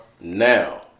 now